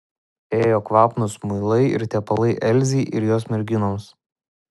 ėjo kvapnūs muilai ir tepalai elzei ir jos merginoms